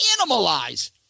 Animalize